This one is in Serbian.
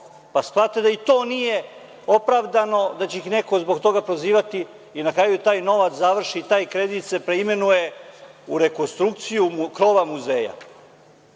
pa shvate da i to nije opravdano, da će ih neko zbog toga prozivati i na kraju taj novac završi, taj kredit se preimenuje u rekonstrukciju krova muzeja,